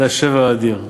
זה השבר האדיר.